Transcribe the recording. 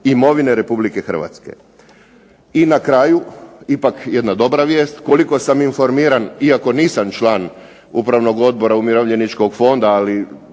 imovine Republike Hrvatske. I na kraju, ipak jedna dobra vijest, koliko sam informiran, iako nisam član upravnog odbora umirovljeničkog fonda, ali